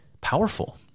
powerful